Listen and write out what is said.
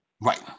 Right